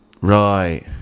Right